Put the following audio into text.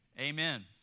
Amen